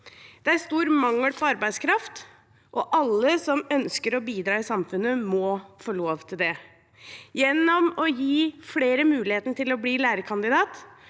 Det er stor mangel på arbeidskraft, og alle som ønsker å bidra i samfunnet, må få lov til det. Gjennom å gi flere muligheten til å bli lærekandidat